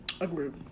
Agreed